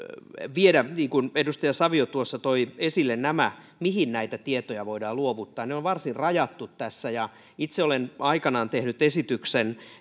viedä edustaja savio tuossa toi esille nämä mihin näitä tietoja voidaan luovuttaa ja ne ovat varsin rajattuja tässä itse olen aikanaan tehnyt esityksen